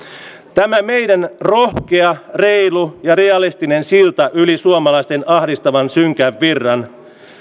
tämä meidän rohkea reilu ja realistinen siltamme yli suomalaisten ahdistavan synkän virran